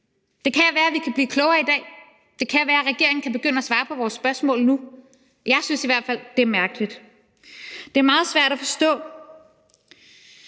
Det kan være, at vi kan blive klogere i dag; det kan være, at regeringen vil begynde at svare på vores spørgsmål nu. Jeg synes i hvert fald, det er mærkeligt. Det her er meget svært at forstå,